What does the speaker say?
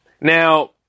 Now